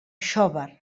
xóvar